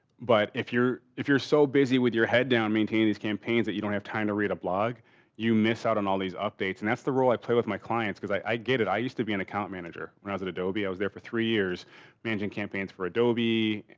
but if you're, if you're so busy with your head down maintaining these campaigns that you don't have time to read a blog you miss out on all these updates. and that's the role i play with my clients because i i get it. i used to be an account manager when i was at adobe. i was there for three years managing campaigns for adobe,